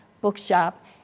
Bookshop